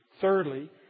Thirdly